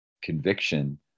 conviction